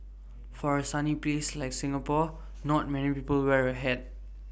for A sunny place like Singapore not many people wear A hat